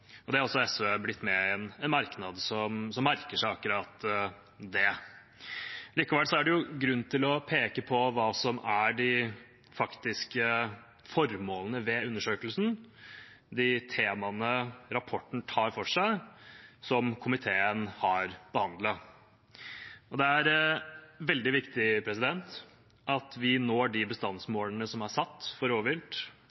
SV har blitt med på en merknad om dette som merker seg akkurat det. Likevel er det grunn til å peke på hva som er det faktiske formålet med undersøkelsen – de temaene rapporten tar for seg – som komiteen har behandlet. Det er veldig viktig at vi når de